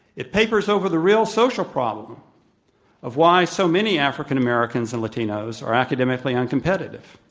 it papers over the real social problem of why so many african americans and latinos are academically uncompetitive.